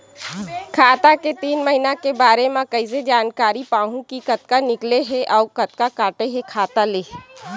खाता के तीन महिना के बारे मा कइसे जानकारी पाहूं कि कतका निकले हे अउ कतका काटे हे खाता ले?